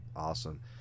Awesome